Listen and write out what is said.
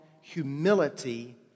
humility